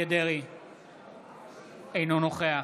אינו נוכח